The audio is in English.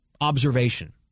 observation